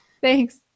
thanks